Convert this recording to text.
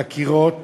הקירות